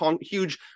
huge